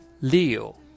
Leo